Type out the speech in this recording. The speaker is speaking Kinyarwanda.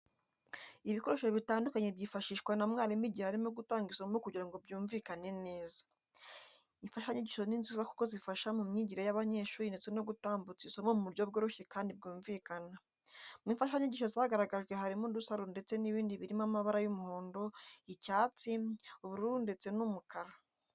Ibikoresho bitandukanye byifashishwa na mwarimu igihe arimo gutanga isomo kugira ngo byumvikane neza. Imfashanyigisho ni nziza kuko zifasha mu myigire y'abanyeshuri ndetse no gutambutsa isomo mu buryo bworoshye kandi bwumvikana. Mu imfashanyisho zagaragajwe harimo udusaro ndetse n'ibindi birimo amabara y'umuhondo, icyatsi, ubururu ndetse n'umukara.